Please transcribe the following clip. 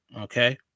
Okay